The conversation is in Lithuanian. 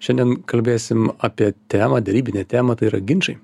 šiandien kalbėsim apie temą derybinę temą tai yra ginčai